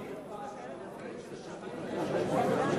קריאה: